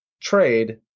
trade